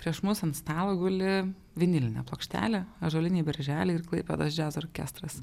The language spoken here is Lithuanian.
prieš mus ant stalo guli vinilinė plokštelė ąžuoliniai berželiai ir klaipėdos džiazo orkestras